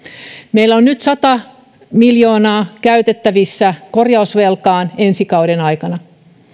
meillä on nyt sata miljoonaa käytettävissä korjausvelkaan ensi kauden aikana